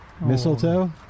mistletoe